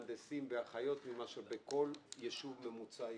מהנדסים ואחיות מאשר בכל יישוב ממוצע יהודי.